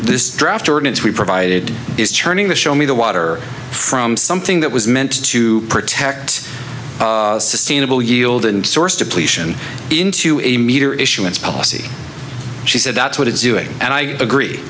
this draft ordinance we provided is turning the show me the water from something that was meant to protect sustainable yield and source depletion into a meter issuance policy she said that's what it's doing and i agree